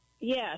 Yes